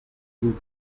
vous